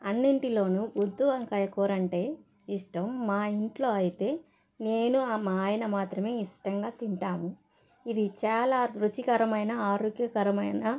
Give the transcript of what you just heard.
అన్నింటిలోనూ గుత్తి వంకాయ కూర అంటే ఇష్టం మా ఇంట్లో అయితే నేను మా ఆయన మాత్రమే ఇష్టంగా తింటాము ఇది చాలా రుచికరమైన ఆరోగ్యకరమైన